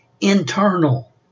Internal